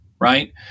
Right